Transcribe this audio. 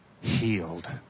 healed